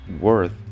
worth